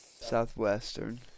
Southwestern